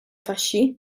taxxi